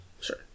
Sure